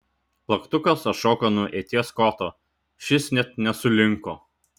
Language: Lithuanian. plaktukas atšoko nuo ieties koto šis net nesulinko